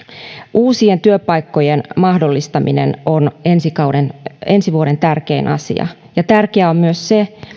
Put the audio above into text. uusien työpaikkojen mahdollistaminen on ensi vuoden tärkein asia tärkeää on myös se